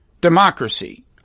democracy